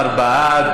בעד,